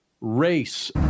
race